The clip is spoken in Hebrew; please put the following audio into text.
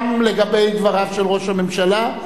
גם לגבי דבריו של ראש הממשלה,